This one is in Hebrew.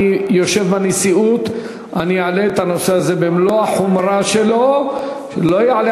בין לבין, יושב-ראש הכנסת החליט שהוא לא משיב,